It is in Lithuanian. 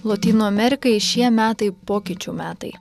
lotynų amerikai šie metai pokyčių metai